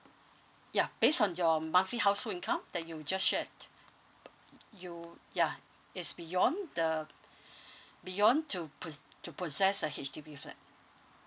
ya based on your monthly household income that you just shared you ya it's beyond the beyond to po~ to possess a H_D_B flat